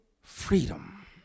freedom